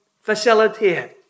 facilitate